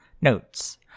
Notes